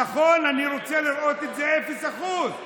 נכון, אני רוצה לראות את זה אפס אחוז,